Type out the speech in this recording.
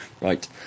Right